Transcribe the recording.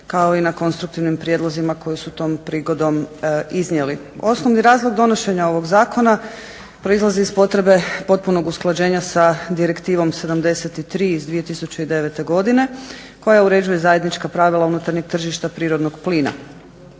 kao i na konstruktivnim prijedlozima koji su tom prigodom iznijeli. Osnovni razlog donošenja ovog zakona proizlazi iz potrebe potpunog usklađenja sa direktivom 73. iz 2009. godine koja uređuje zajednička pravila unutarnjeg tržišta prirodnog plina.